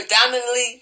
predominantly